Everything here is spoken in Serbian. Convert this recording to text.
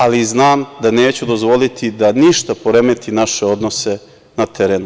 Ali znam da neću dozvoliti da ništa poremeti naše odnose na terenu.